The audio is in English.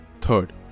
Third